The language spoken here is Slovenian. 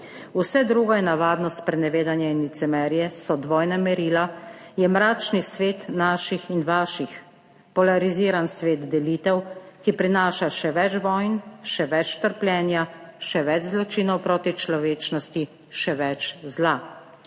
Vse drugo je navadno sprenevedanje in licemerje, so dvojna merila, je mračni svet naših in vaših, polariziran svet, delitev, ki prinaša še več vojn, še več trpljenja, še več zločinov proti človečnosti, še več zla.